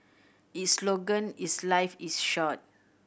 its slogan is Life is short